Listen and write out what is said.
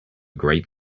great